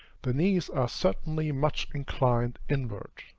the knees are certainly much inclined inward.